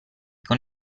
con